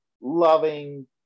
loving